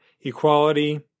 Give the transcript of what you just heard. equality